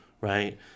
right